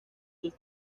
sus